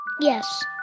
Yes